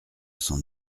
cent